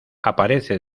aparece